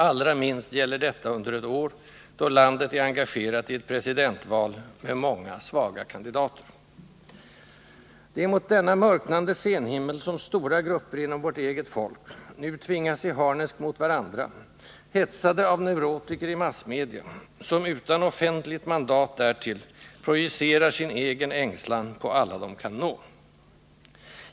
Allra minst gäller detta under ett år, då landet är engagerat i ett presidentval med många svaga kandidater. Det är mot denna mörknande scenhimmel som stora grupper inom vårt eget folk nu tvingas i harnesk mot varandra, hetsade av neurotiker i massmedia, som — utan offentligt mandat därtill — projicerar sin egen ängslan på alla de kan nå.